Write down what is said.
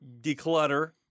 Declutter